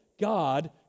God